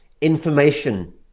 information